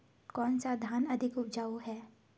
कौन सा धान अधिक उपजाऊ है?